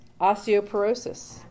osteoporosis